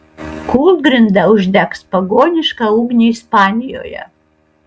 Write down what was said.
kūlgrinda uždegs pagonišką ugnį ispanijoje